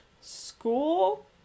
school